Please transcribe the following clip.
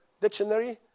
dictionary